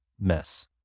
mess